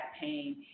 pain